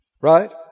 Right